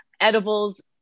edibles